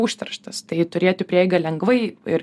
užterštas tai turėti prieigą lengvai ir